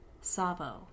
Savo